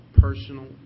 personal